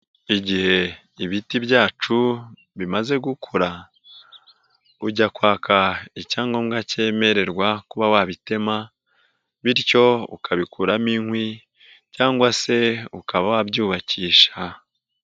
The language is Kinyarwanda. Igihe ibiti byacu bimaze gukura, ujya kwaka icyangombwa cyemererwa kuba wabitema bityo ukabikuramo inkwi cyangwa se ukaba wabyubakisha.